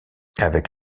avec